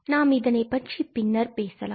நாம் இதனைப் பற்றி பின்னர் பேசலாம்